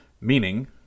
Meaning